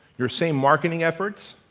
your same marketing effort